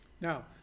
Now